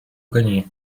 коні